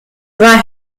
war